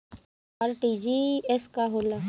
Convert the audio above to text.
RTGS का होला?